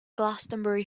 glastonbury